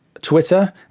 Twitter